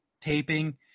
taping